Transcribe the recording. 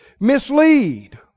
mislead